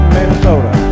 Minnesota